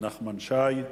נחמן שי.